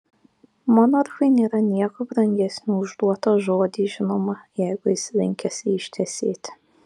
monarchui nėra nieko brangesnio už duotą žodį žinoma jeigu jis linkęs jį ištesėti